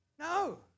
No